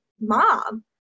mom